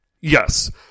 Yes